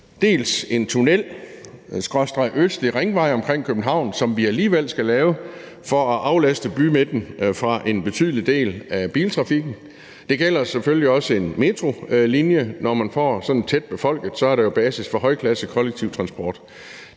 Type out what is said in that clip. dels en tunnel skråstreg østlig ringvej omkring København, som vi alligevel skal lave for at aflaste bymidten for en betydelig del af biltrafikken. Det gælder selvfølgelig også en metrolinje. Når man får det sådan tæt befolket, er der jo basis for kollektiv transport